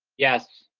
yes.